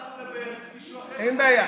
אתה תדבר, מישהו אחר ידבר, אין בעיה.